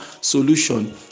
solution